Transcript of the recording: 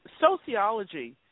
sociology